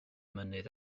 mynydd